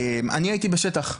אני הייתי בשטח.